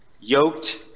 Yoked